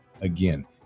Again